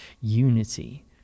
unity